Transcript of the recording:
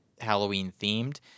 Halloween-themed